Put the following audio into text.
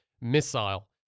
missile